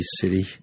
City